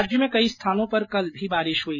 राज्य में कई स्थानों पर कल भी बारिश हुई